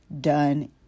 done